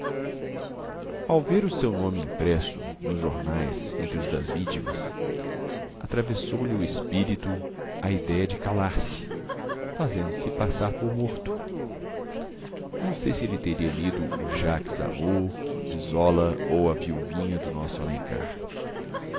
ao ver o seu nome impresso nos jornais entre os das vítimas atravessou-lhe o espírito a idéia de calar-se fazendo-se passar por morto não sei se ele teria lido o jacques amour de zola ou a viuvinha do nosso alencar